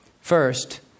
First